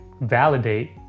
validate